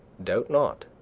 doubt not,